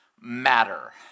matter